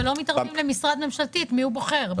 ולא מתערבים למשרד ממשלתי בהחלטה את מי לבחור.